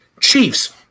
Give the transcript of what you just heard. Chiefs